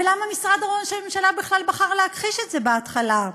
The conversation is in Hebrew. ולמה משרד ראש הממשלה בכלל בחר להכחיש את זה בהתחלה?